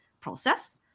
process